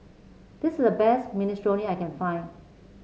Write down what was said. this is the best Minestrone I can find